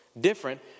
different